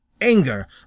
anger